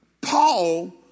Paul